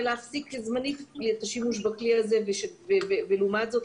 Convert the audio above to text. להפסיק זמנית את השימוש בכלי הזה ולעומת זאת,